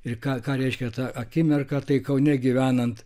ir ką ką reiškia ta akimirka tai kaune gyvenant